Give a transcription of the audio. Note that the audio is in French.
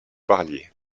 parliez